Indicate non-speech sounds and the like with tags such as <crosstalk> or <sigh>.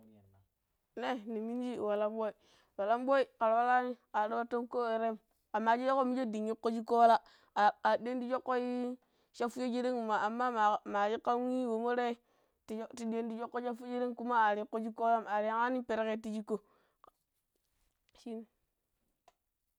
ne minimji wallan ɓoi, wallan ɓoi kar wallani kar batton ko wei tayem kama sheke minje dan iko shicko walla, <hesitation> ar diyan ta shocko shappusho sheren ma amma mashikam nin womo tayeh ti di yan ta shocko shappu sheren, kuma ar ikoh shicko wallan ar yan kahni perkero ti shicko neii.